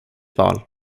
val